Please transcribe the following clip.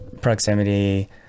proximity